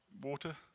water